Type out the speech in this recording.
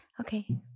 Okay